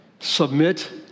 Submit